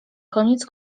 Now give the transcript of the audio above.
koniec